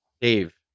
Dave